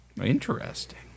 Interesting